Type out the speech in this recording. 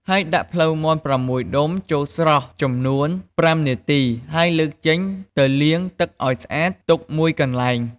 ហើយដាក់ភ្លៅមាន់៦ដុំចូលស្រុះចំនួន៥នាទីហើយលើកចេញទៅលាងទឹកឱ្យស្អាតទុកមួយកន្លែង។